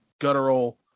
guttural